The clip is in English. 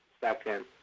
second